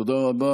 תודה רבה.